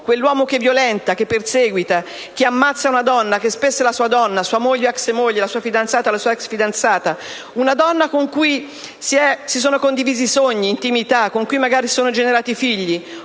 quell'uomo che violenta, che perseguita, che ammazza una donna, la quale spesso è la sua donna, sua moglie o ex moglie, la sua fidanzata o la sua ex fidanzata, una donna con cui si sono condivisi sogni e intimità, con cui magari si sono generati dei figli.